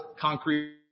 concrete